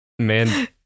Man